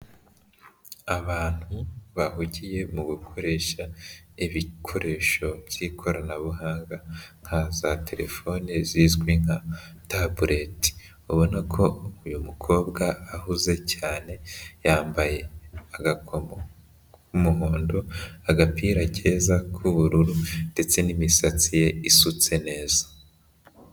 Abantu bahugiye mu gukoresha ibikoresho by'ikoranabuhanga nka za telefone zizwi nka tabuleti. Ubona ko uyu mukobwa ahuze cyane yambaye agakomo k'umuhondo, agapira keza k'ubururu ndetse n'imisatsi ye isutse neza.